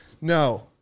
no